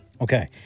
Okay